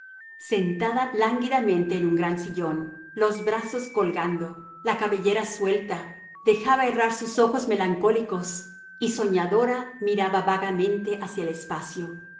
sentada lánguidamente en un gran sillón los brazos colgando la cabellera suelta dejaba errar sus ojos melancólicos y soñadora miraba vagamente hacia el espacio